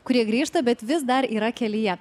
kurie grįžta bet vis dar yra kelyje